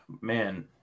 man